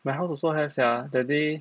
my house also have sia that day